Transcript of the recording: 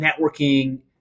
networking